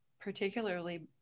particularly